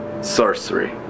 sorcery